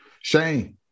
Shane